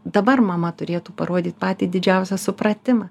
dabar mama turėtų parodyt patį didžiausią supratimą